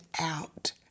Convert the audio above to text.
out